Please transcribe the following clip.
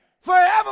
forever